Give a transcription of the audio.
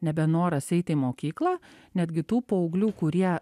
nebenoras eiti į mokyklą netgi tų paauglių kurie